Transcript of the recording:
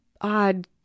odd